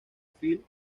philip